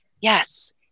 yes